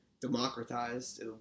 democratized